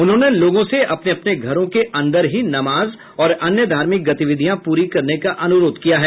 उन्होंने लोगों से अपने अपने घरों के अंदर ही नमाज और अन्य धार्मिक गतिविधियां पूरी करने का अनुरोध किया है